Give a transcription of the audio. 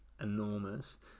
enormous